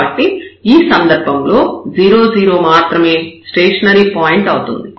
కాబట్టి ఈ సందర్భంలో 0 0 మాత్రమే స్టేషనరీ పాయింట్ అవుతుంది